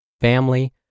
family